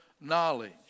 knowledge